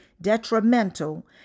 detrimental